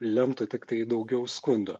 lemtų tiktai daugiau skundų